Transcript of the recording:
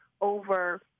over